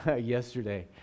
yesterday